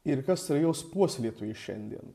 ir kas yra jos puoselėtojai šiandien